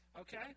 okay